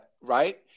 Right